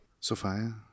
Sophia